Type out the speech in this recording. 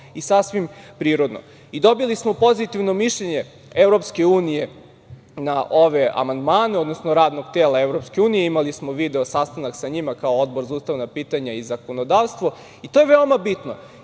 i sasvim prirodno. Dobili smo pozitivno mišljenje Evropske unije na ove amandmane, odnosno radnog tela Evropske unije, imali smo video sastanak sa njima, kao Odbor za ustavna pitanja i zakonodavstvo, i to je veoma bitno. Moramo